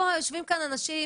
בוא, יושבים כאן אנשים